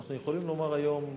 אנחנו יכולים לומר היום כאן,